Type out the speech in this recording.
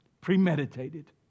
Premeditated